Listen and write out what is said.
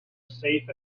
safe